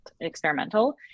experimental